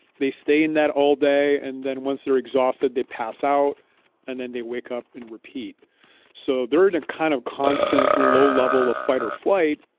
they stay in that all day. and then once they're exhausted, they pass out and then they wake up and repeat so they're in a kind of constant low-level fight or flight.